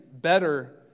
better